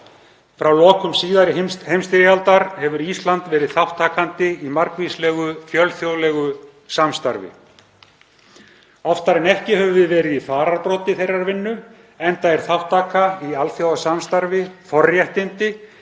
Frá lokum síðari heimsstyrjaldar hefur Ísland verið þátttakandi í margvíslegu fjölþjóðlegu samstarfi. Oftar en ekki höfum við verið í fararbroddi þeirrar vinnu enda er þátttaka í alþjóðasamstarfi forréttindi